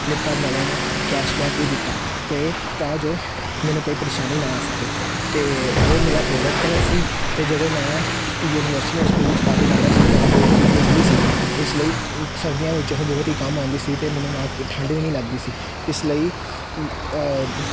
Flipkart ਵਾਲਿਆਂ ਨੇ cashback ਵੀ ਦਿੱਤਾ ਤੇ ਤਾਂ ਜੋ ਮੈਨੂੰ ਕੋਈ ਪਰੇਸ਼ਾਨੀ ਨਾ ਆ ਸਕੇ ਅਤੇ ਉਹ ਮੇਰਾ ਫੇਵਰਟ ਕਲਰ ਸੀ ਅਤੇ ਜਦੋਂ ਮੈਂ ਯੂਨੀਵਰਸਿਟੀ ਜਾਂ ਸਕੂਲ ਵਿੱਚ ਪਾ ਕੇ ਜਾਂਦਾ ਸੀ ਤਾਂ ਉਹ ਬਹੁਤ ਹੀ ਨਿੱਘੀ ਸੀ ਇਸ ਲਈ ਸਰਦੀਆਂ ਵਿੱਚ ਉਹ ਬਹੁਤ ਹੀ ਕੰਮ ਆਉਂਦੀ ਸੀ ਅਤੇ ਮੈਨੂੰ ਨਾ ਕਿ ਠੰਡ ਵੀ ਨਹੀਂ ਲੱਗਦੀ ਸੀ ਇਸ ਲਈ